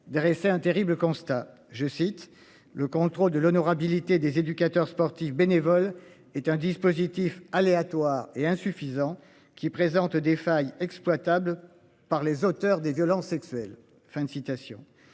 dressait un terrible constat je cite le contrôle de l'honorabilité des éducateurs sportifs bénévoles est un dispositif aléatoires et insuffisants qui présente des failles exploitables par les auteurs des violences sexuelles,